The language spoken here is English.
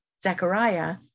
Zechariah